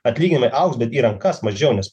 atlyginimai augs bet į rankas mažiau nes